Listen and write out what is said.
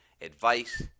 advice